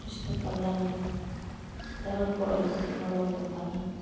ᱠᱨᱤᱥᱱᱚ ᱠᱚᱞᱞᱟᱱᱤ ᱦᱚᱸ ᱡᱚᱛᱚ ᱦᱚᱲ ᱠᱚ ᱟᱹᱰᱤ ᱛᱮᱫᱼᱮ ᱜᱚᱲᱚᱣᱟᱠᱚ ᱠᱟᱱᱟ